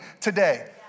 today